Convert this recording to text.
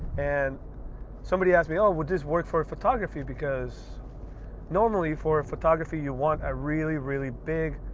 and somebody asked me oh, will this work for photography? because normally for photography, you want a really really big,